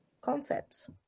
concepts